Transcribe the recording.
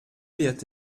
wird